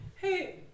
Hey